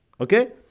Okay